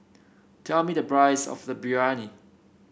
tell me the price of the Biryani